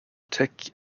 tech